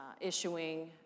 issuing